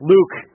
Luke